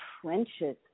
trenches